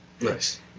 nice